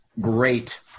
Great